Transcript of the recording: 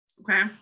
Okay